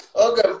Okay